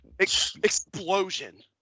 explosion